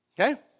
Okay